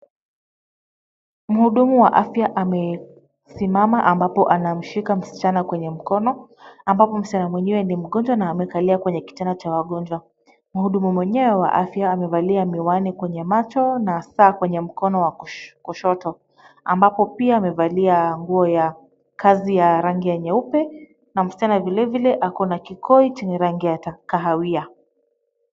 Mhudumu wa afya amesimama ambapo anamshika msichana kwenye mkono, ambapo msichana mwenyewe ni mgonjwa na amekalia kwenye kitanda cha wagonjwa. Mhudumu mwenyewe wa afya amevalia miwani kwenye macho na saa kwenye mkono wa kushoto, ambapo pia amevalia nguo ya kazi ya rangi ya nyeupe na msichana vilevile ako na kikoi chenye rangi ya kahawia.